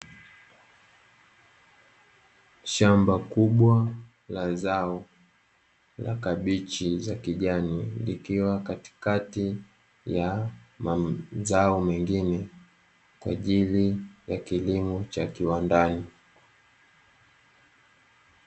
Shamba kubwa la zao la kabichi za kijani, likiwa katikati ya mazao mengine kwa ajili ya kilimo cha kiwandani.